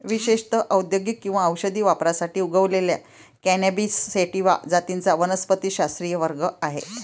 विशेषत औद्योगिक किंवा औषधी वापरासाठी उगवलेल्या कॅनॅबिस सॅटिवा जातींचा वनस्पतिशास्त्रीय वर्ग आहे